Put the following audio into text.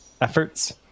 efforts